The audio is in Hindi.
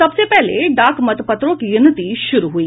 सबसे पहले डाक मतपत्रों की गिनती शुरू हुई